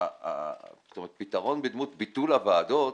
הפתרון בדמות ביטול הוועדות